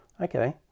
okay